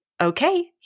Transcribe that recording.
okay